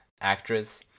actress